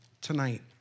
Tonight